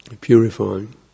Purifying